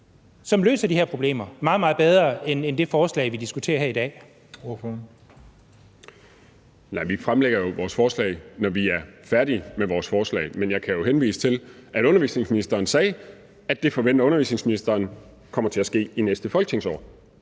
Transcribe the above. fg. formand (Christian Juhl): Ordføreren. Kl. 11:01 Jens Joel (S): Vi fremlægger jo vores forslag, når vi er færdige med vores forslag. Men jeg kan jo henvise til, at undervisningsministeren sagde, at det forventer undervisningsministeren kommer til at ske i næste folketingsår.